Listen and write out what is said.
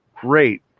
great –